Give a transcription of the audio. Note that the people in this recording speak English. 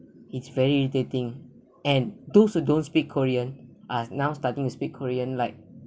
it's very irritating and those who don't speak korean are now starting to speak korean like